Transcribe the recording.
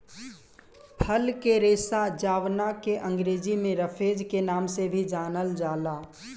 फल के रेशा जावना के अंग्रेजी में रफेज के नाम से भी जानल जाला